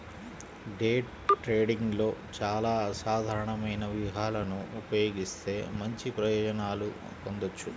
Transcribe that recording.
day ట్రేడింగ్లో చానా అసాధారణమైన వ్యూహాలను ఉపయోగిత్తే మంచి ప్రయోజనాలను పొందొచ్చు